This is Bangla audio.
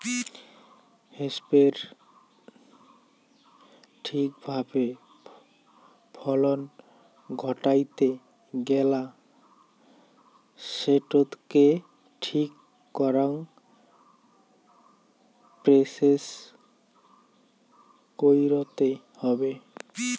হেম্পের ঠিক ভাবে ফলন ঘটাইতে গেলা সেটোকে ঠিক করাং প্রসেস কইরতে হবে